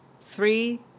Three